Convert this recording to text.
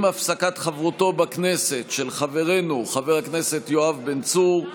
עם הפסקת חברותו בכנסת של חברנו חבר הכנסת יואב בן צור,